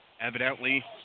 Evidently